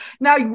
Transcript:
Now